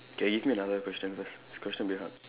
can give me another question first this question very hard